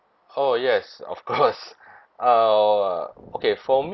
oh yes of course uh okay for me